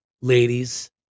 Ladies